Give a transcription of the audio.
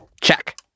Check